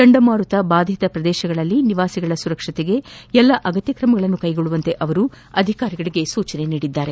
ಚಂಡಮಾರುತ ಬಾಧಿತ ಪ್ರದೇಶಗಳಲ್ಲೂ ನಿವಾಸಿಗಳ ಸುರಕ್ಷತೆಗೆ ಎಲ್ಲ ಅಗತ್ಯ ಕ್ರಮಗಳನ್ನು ಕೈಗೊಳ್ಳುವಂತೆ ಅವರು ಅಧಿಕಾರಿಗಳಿಗೆ ಸೂಚಿಸಿದ್ದಾರೆ